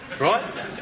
right